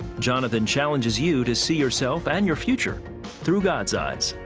jonathan challenges you to see yourself and your future through god's eyes.